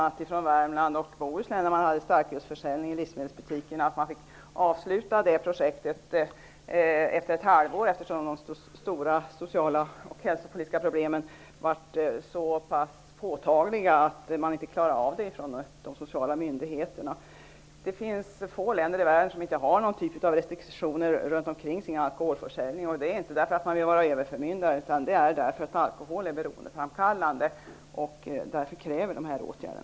I t.ex. Värmland och Bohus län har man fått sluta med starkölsförsöljningen i livsmedelsbutikerna efter ett halvår på grund av de stora sociala och hälsopolitiska problemen. Dessa var så pass påtagliga att de sociala myndigheterna inte klarade av dem. Det finns få länder i världen som inte har någon typ av restriktioner kring sin alkoholförsäljning. Vi har inte sådana därför att vi vill vara överförmyndare utan därför att alkohol är beroendeframkallande. Därför krävs olika åtgärder.